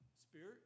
spirit